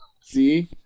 see